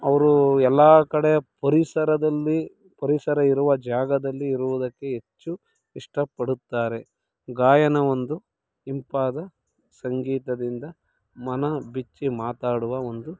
ಅವರೂ ಎಲ್ಲ ಕಡೆ ಪರಿಸರದಲ್ಲಿ ಪರಿಸರ ಇರುವ ಜಾಗದಲ್ಲಿ ಇರುವುದಕ್ಕೆ ಹೆಚ್ಚು ಇಷ್ಟಪಡುತ್ತಾರೆ ಗಾಯನ ಒಂದು ಇಂಪಾದ ಸಂಗೀತದಿಂದ ಮನ ಬಿಚ್ಚಿ ಮಾತಾಡುವ ಒಂದು